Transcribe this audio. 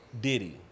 Diddy